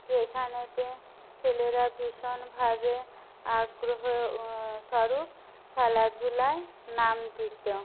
সেখানেতে ছেলেরা ভীষণভাবে আগ্রহ স্বরূপ খেলাধূলায় নাম দিত